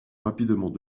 rapidement